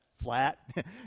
flat